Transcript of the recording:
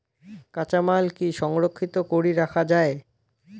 কাঁচামাল কি সংরক্ষিত করি রাখা যায়?